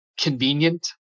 convenient